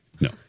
No